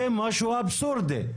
זה משהו אבסורדי.